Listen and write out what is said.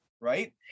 right